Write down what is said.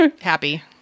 happy